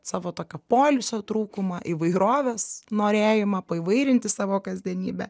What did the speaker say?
savo tokio poilsio trūkumą įvairovės norėjimą paįvairinti savo kasdienybę